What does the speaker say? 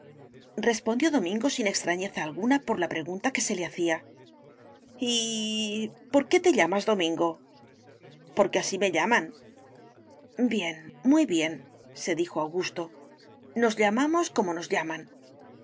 señoritorespondió domingo sin extrañeza alguna por la pregunta que se le hacía y por qué te llamas domingo porque así me llaman bien muy biense dijo augusto nos llamamos como nos llaman en